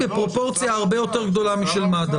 בפרופורציה הרבה יותר גדולה משל מד"א.